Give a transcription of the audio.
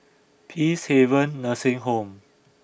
Peacehaven Nursing Home